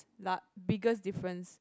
la~ biggest difference